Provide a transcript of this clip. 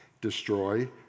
destroy